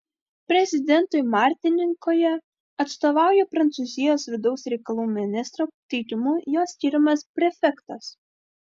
prezidentui martinikoje atstovauja prancūzijos vidaus reikalų ministro teikimu jo skiriamas prefektas